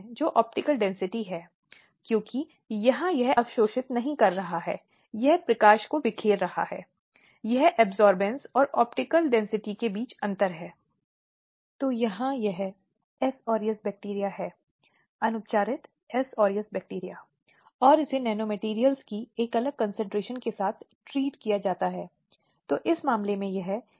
यह दर्शाता है कि अदालत अब इस तथ्य पर संज्ञान ले रही है कि बढ़ते अपराध एक वास्तविकता है महिलाओं के हित की रक्षा की जानी चाहिए और महिलाओं के खिलाफ निरंतर अपराध इस तथ्य का संकेत हैं कि समाज ने अभी भी महिलाओं को पुरुषों के साथ समाज के विकास के लिए समान भागीदार के रूप में स्वीकार नहीं किया है